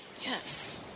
Yes